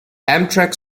amtrak